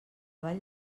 ball